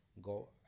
go